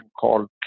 called